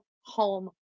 home